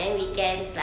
mmhmm